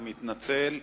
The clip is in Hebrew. אני מתנצל.